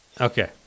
Okay